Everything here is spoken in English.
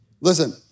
Listen